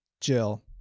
Jill